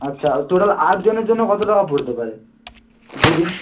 আচ্ছা টোটাল আটজনের জন্য কত টাকা পড়তে পারে দুদিন